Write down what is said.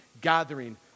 gathering